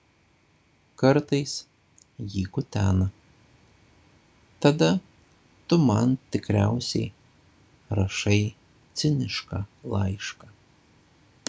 kartais jį kutena tada tu man tikriausiai rašai cinišką laišką